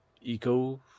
eco